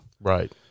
Right